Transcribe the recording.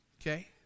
Okay